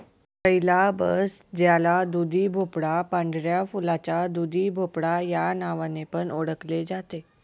calabash ज्याला दुधीभोपळा, पांढऱ्या फुलाचा दुधीभोपळा या नावाने पण ओळखले जाते